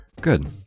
Good